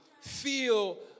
feel